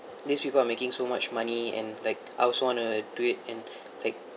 these people are making so much money and like I also want to do it and like